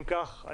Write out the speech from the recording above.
אם כך,